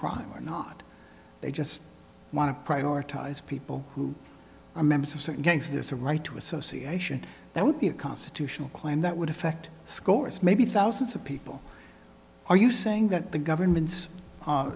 crime or not they just want to prioritize people who are members of certain gangs there's a right to association that would be a constitutional claim that would affect scores maybe thousands of people are you saying that the